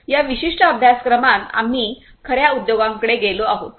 या विशिष्ट अभ्यासक्रमात आम्ही खर्या उद्योगांकडे गेलो आहोत